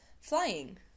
Flying